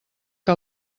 que